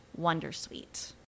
wondersuite